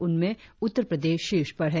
उनमें उत्तर प्रदेश शीर्ष पर है